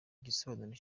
igisobanuro